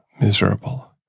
miserable